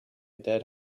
dead